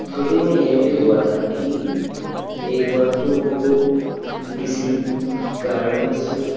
frauding में यह भी हुआ था कि एक बार तो वो किसी कारणवश